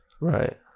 Right